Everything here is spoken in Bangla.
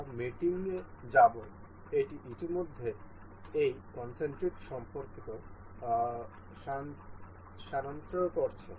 আমরা মেটিং যাব এটি ইতিমধ্যে এই কনসেন্ট্রিক সম্পর্ক সনাক্ত করেছে